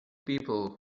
people